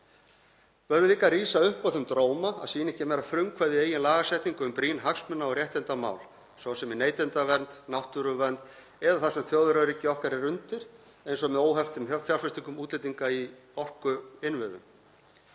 Við verðum líka rísa upp af þeim dróma að sýna ekki meira frumkvæði í eigin lagasetningu um brýn hagsmuna- og réttindamál, svo sem í neytendavernd, náttúruvernd eða þar sem þjóðaröryggi okkar er undir, eins og með óheftum fjárfestingum útlendinga í orkuinnviðum,